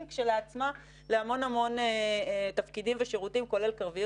כשלעצמה להמון תפקידים ושירותים כולל קרבי.